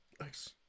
Nice